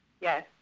yes